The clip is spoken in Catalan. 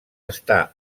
està